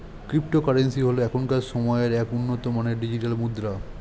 cryptocurrency হল এখনকার সময়ের এক উন্নত মানের ডিজিটাল মুদ্রা